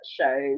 shows